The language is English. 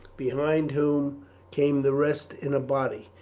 behind whom came the rest in a body.